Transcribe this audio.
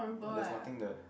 there's nothing there